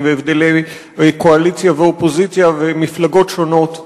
והבדלי קואליציה ואופוזיציה ומפלגות שונות.